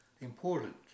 important